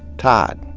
todd,